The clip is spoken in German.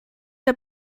der